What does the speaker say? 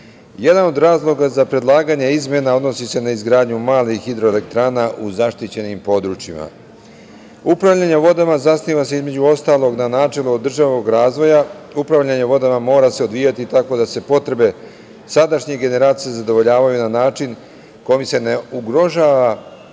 od razloga za predlaganje izmena odnosi se na izgradnju malih hidroelektrana u zaštićenim područjima. Upravljanje vodama zasniva se, između ostalog, na načelu održivog razvoja. Upravljanje vodama mora se odvijati tako da se potrebe sadašnjih generacija zadovoljavaju na način kojim se ne ugrožava